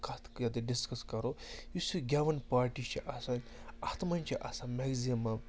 کَتھ یا تہِ ڈِسکَس کَرو یُس یہِ گٮ۪وَن پارٹی چھِ آسان اَتھ مَنٛز چھِ آسان مٮ۪گزِمَم